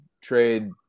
trade